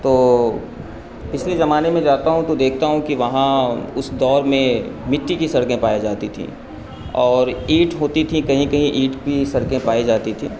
تو پچھلے زمانے میں جاتا ہوں تو دیکھتا ہوں کہ وہاں اس دور میں مٹی کی سڑکیں پائے جاتی تھیں اور اینٹ ہوتی تھیں کہیں کہیں اینٹ کی سڑکیں پائی جاتی تھیں